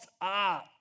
art